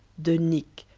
de nick,